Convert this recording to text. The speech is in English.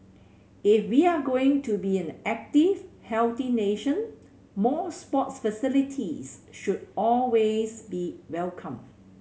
if we're going to be an active healthy nation more sports facilities should always be welcome